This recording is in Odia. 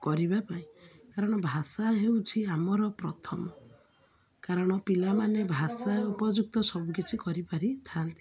କରିବା ପାଇଁ କାରଣ ଭାଷା ହେଉଛି ଆମର ପ୍ରଥମ କାରଣ ପିଲାମାନେ ଭାଷା ଉପଯୁକ୍ତ ସବୁ କିିଛି କରିପାରିଥାନ୍ତି